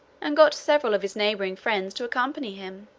and got several of his neighbouring friends to accompany him.